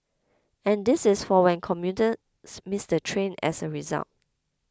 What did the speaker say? and this is for when commuters miss the train as a result